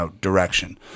direction